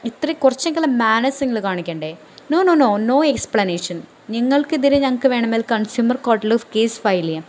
ഇത്രയ്ക്ക് കുറച്ചെങ്കിലും മാന്നേസ് നിങ്ങൾ കാണിക്കേണ്ടെ നോ നോ നോ എക്സ്പ്ലനേഷൻ നിങ്ങൾക്കെതിരെ ഞങ്ങൾക്ക് വേണമെങ്കിൽ കൺസ്യൂമർ കോർട്ടിൽ കേസ് ഫയൽ ചെയ്യാം